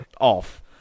off